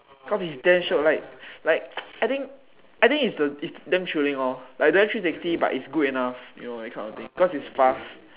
cause it's damn shiok like like I think I think is damn thrilling lor like don't have three sixty but it's good enough you know that kind of thing cause it's fast